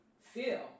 feel